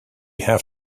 have